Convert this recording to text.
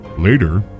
Later